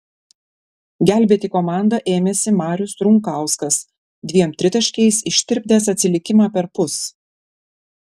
gelbėti komandą ėmėsi marius runkauskas dviem tritaškiais ištirpdęs atsilikimą perpus